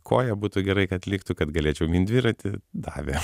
koja būtų gerai kad liktų kad galėčiau mint dviratį davė